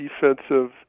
defensive